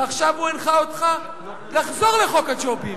ועכשיו הוא הנחה אותך לחזור לחוק הג'ובים.